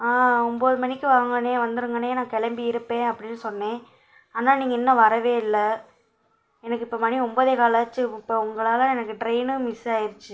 ஆம் ஒன்போது மணிக்கு வாருங்கண்ணே வந்திருங்கண்ணே நான் கிளம்பி இருப்பேன் அப்படின்னு சொன்னேன் ஆனால் நீங்கள் இன்னும் வரவே இல்லை எனக்கு இப்போ மணி ஒன்பதே கால் ஆச்சு இப்போ உங்களால் எனக்கு ட்ரெயினும் மிஸ் ஆயிருச்சு